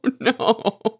no